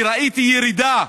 כי ראיתי ירידה.